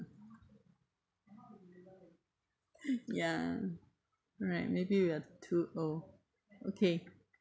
ya right maybe we are too old okay